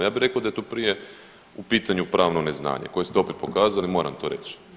Ja bih rekao da je to prije u pitanju pravno neznanje koje ste opet pokazali, moram to reći.